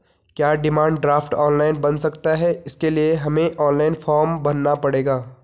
क्या demand draft online बन सकता है इसके लिए हमें ऑनलाइन फॉर्म भरना पड़ेगा?